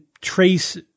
trace